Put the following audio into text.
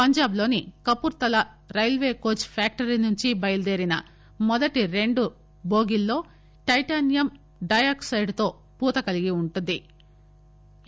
పంజాబ్లోని Kapurthala railway coach factory నుండి బయలుదేరిన మొదటి రెండు బోగీల్లో టైటానియం డయాక్సైడ్తో పూత కలిగివుంటుంది ఎ